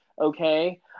okay